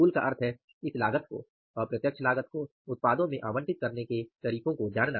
कुल का अर्थ है इस लागत को अप्रत्यक्ष लागत को उत्पादों में आवंटित करने के तरीकों को जानना